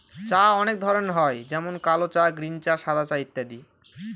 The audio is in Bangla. চা অনেক ধরনের হয় যেমন কাল চা, গ্রীন চা, সাদা চা ইত্যাদি